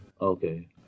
Okay